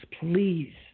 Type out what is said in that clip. please